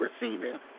receiving